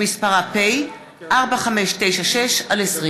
שמספרה פ/4596/20.